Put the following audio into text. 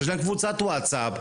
שיש להם קבוצת ווטסאפ,